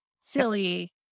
Silly